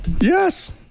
Yes